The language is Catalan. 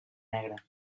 negra